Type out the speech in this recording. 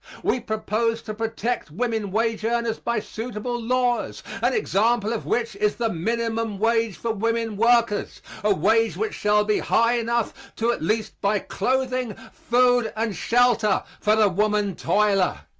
we propose to protect women wage-earners by suitable laws, an example of which is the minimum wage for women workers a wage which shall be high enough to at least buy clothing, food and shelter for the woman toiler.